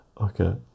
Okay